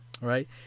right